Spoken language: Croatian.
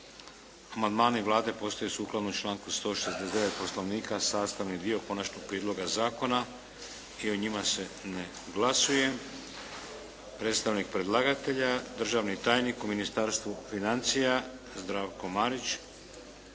Amandmani Vlade postaju sukladno članku 169. Poslovnika sastavni dio konačnog prijedloga zakona i o njima se ne glasuje. Predstavnik predlagatelja, državni tajnik u Ministarstvu financija Zdravko Marić